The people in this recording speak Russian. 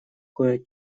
кое